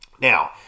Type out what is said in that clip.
Now